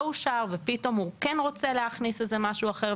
אושר ופתאום הוא כן רוצה להכניס איזה משהו אחר,